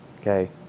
okay